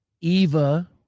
Eva